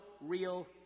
real